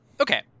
Okay